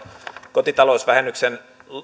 kotitalousvähennyksen